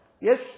Yes